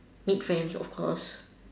meet friends of course